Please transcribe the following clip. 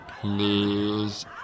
please